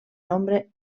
nombre